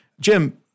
Jim